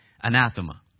anathema